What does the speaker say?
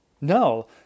No